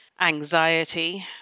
anxiety